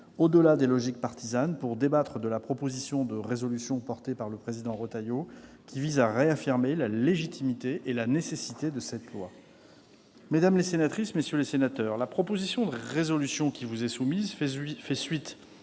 au-delà des logiques partisanes, pour débattre de la proposition de résolution portée par le président Bruno Retailleau, qui vise à réaffirmer la légitimité et la nécessité de cette loi. Mesdames les sénatrices, messieurs les sénateurs, la proposition de résolution qui vous est soumise fait suite